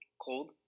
cold